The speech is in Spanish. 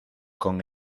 con